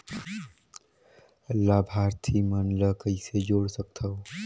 लाभार्थी मन ल कइसे जोड़ सकथव?